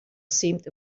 seemed